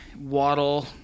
waddle